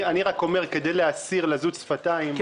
כדי להסיר לזות שפתיים,